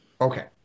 Okay